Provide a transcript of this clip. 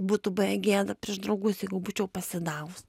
būtų buvę gėda prieš draugus jeigu būčiau pasidavus